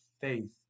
faith